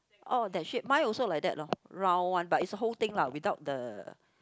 oh that's it mine also like that lor round one but is whole thing lah without the